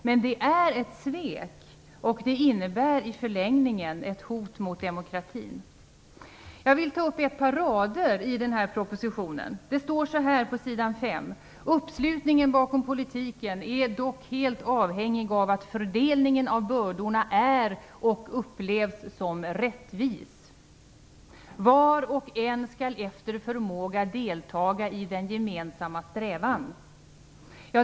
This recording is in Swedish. Men det är ett svek, och det innebär i förlängningen ett hot mot demokratin. Jag vill citera följande rader på sidan 5 i den här propositionen: "Uppslutningen bakom politiken är dock helt avhängig av att fördelningen av bördorna är, och upplevs som, rättvis. - Var och en skall efter förmåga deltaga i den gemensamma strävan".